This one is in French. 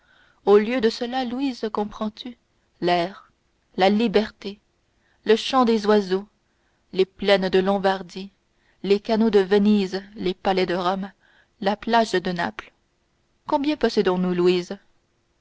au lieu de cela louise comprends-tu l'air la liberté le chant des oiseaux les plaines de la lombardie les canaux de venise les palais de rome la plage de naples combien possédons nous louise